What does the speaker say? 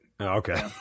Okay